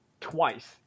twice